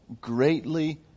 greatly